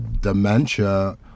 dementia